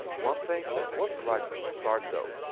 one thing wasn't right from the start though.